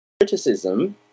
criticism